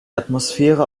atmosphäre